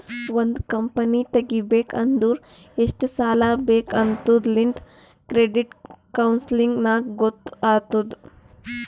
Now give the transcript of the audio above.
ಒಂದ್ ಕಂಪನಿ ತೆಗಿಬೇಕ್ ಅಂದುರ್ ಎಷ್ಟ್ ಸಾಲಾ ಬೇಕ್ ಆತ್ತುದ್ ಅಂತ್ ಕ್ರೆಡಿಟ್ ಕೌನ್ಸಲಿಂಗ್ ನಾಗ್ ಗೊತ್ತ್ ಆತ್ತುದ್